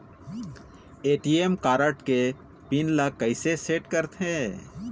ATM card के pin ला कैसे सेट करथे?